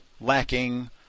lacking